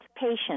patient